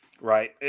Right